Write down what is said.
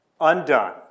undone